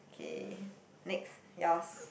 okay next yours